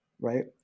right